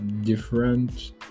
different